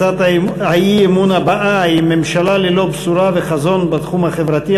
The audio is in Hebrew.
הצעת האי-אמון הבאה היא: ממשלה ללא בשורה וחזון בתחום החברתי,